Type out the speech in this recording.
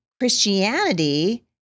Christianity